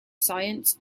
science